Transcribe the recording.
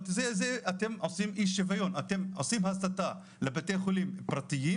זה אתם עושים אי שוויון ואתם עושים הסתה בין בתי החולים הפרטיים